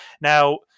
now